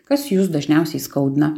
kas jus dažniausiai skaudina